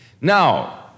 Now